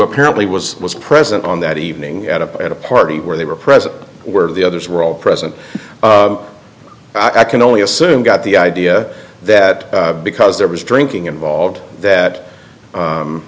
apparently was was present on that evening at up at a party where they were present where the others were all present i can only assume got the idea that because there was drinking involved that